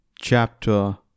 Chapter